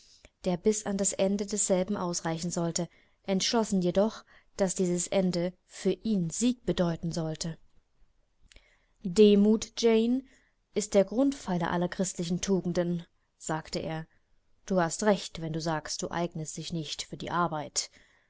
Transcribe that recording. der bis an das ende desselben ausreichen sollte entschlossen jedoch daß dieses ende für ihn sieg bedeuten solle demut jane ist der grundpfeiler aller christlichen tugenden sagte er du hast recht wenn du sagst du eignest dich nicht für die arbeit